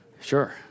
Sure